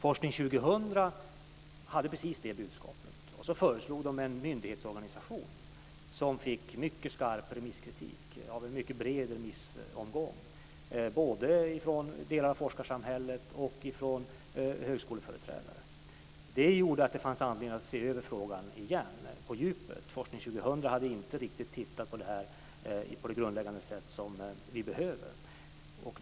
Forskning 2000 hade precis det budskapet. De föreslog en myndighetsorganisation, som fick mycket skarp remisskritik av en mycket bred remissomgång, både från delar av forskarsamhället och från högskoleföreträdare. Det gjorde att det fanns anledning att se över frågan igen på djupet. Forskning 2000 hade inte riktigt tittat på det här på det grundläggande sätt som behövdes.